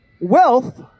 Wealth